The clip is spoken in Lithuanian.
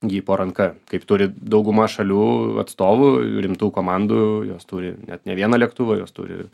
jį po ranka kaip turi dauguma šalių atstovų rimtų komandų jos turi net ne vieną lėktuvą jos turi